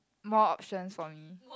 more options for me